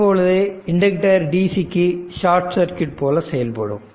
இப்பொழுது inductor dc க்கு short circuit போல செயல்படும்